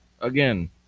Again